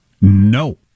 No